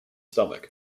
stomach